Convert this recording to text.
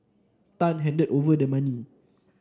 Tan handed over the money